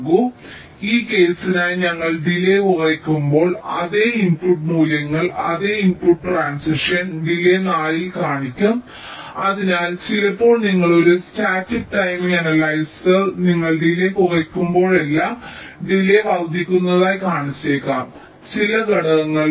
അതിനാൽ ഈ കേസിനായി ഞങ്ങൾ ഡിലേയ് കുറയ്ക്കുമ്പോൾ അതേ ഇൻപുട്ട് മൂല്യങ്ങൾ അതേ ഇൻപുട്ട് ട്രാൻസിഷൻ ഡിലേയ് 4 ൽ കാണിക്കും അതിനാൽ ചിലപ്പോൾ നിങ്ങൾ ഒരു സ്റ്റാറ്റിക് ടൈമിംഗ് അനലൈസർ നിങ്ങൾ ഡിലേയ് കുറയ്ക്കുമ്പോഴെല്ലാം ഡിലേയ് വർദ്ധിക്കുന്നതായി കാണിച്ചേക്കാം ചില ഘടകങ്ങളുടെ